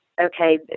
okay